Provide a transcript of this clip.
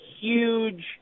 huge